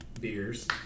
Beers